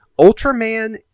Ultraman